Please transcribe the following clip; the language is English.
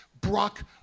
Brock